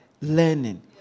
Learning